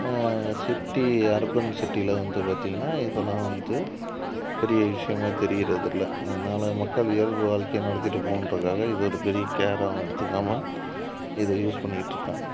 city urban சிட்டியில் வந்து பார்த்தீங்கன்னா இதெல்லாம் வந்து பெரிய விஷயமாக தெரிகிறதில்ல அதனால் மக்கள் இயல்பு வாழ்க்கையை நடத்திகிட்டுப் போகணுன்றதுக்காக இதை ஒரு பெரிய கேராகவும் எடுத்துக்காமல் இதை யூஸ் பண்ணிகிட்ருக்காங்க